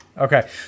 Okay